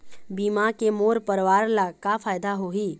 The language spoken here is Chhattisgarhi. बीमा के मोर परवार ला का फायदा होही?